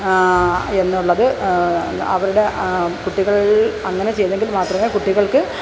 എന്നുള്ളത് അവരുടെ കുട്ടികള് അങ്ങനെ ചെയ്തെങ്കില് മാത്രമേ കുട്ടികള്ക്ക്